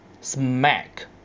smack